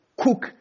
cook